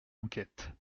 enquête